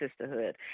sisterhood